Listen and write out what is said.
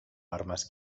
armas